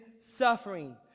suffering